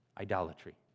idolatry